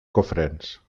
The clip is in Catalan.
cofrents